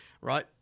right